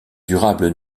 durables